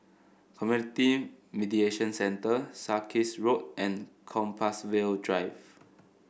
Community Mediation Centre Sarkies Road and Compassvale Drive